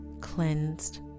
cleansed